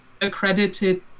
accredited